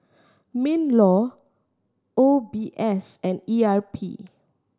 MinLaw O B S and E R P